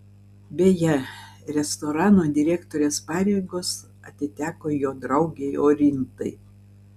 beje restorano direktorės pareigos atiteko jo draugei orintai